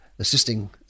assisting